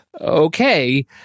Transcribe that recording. okay